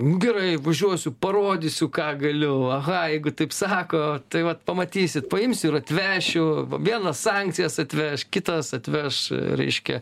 gerai važiuosiu parodysiu ką galiu aha jeigu taip sako tai vat pamatysit paimsiu ir atvešiu vienas sankcijas atveš kitas atveš reiškia